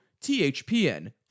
THPN